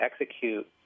execute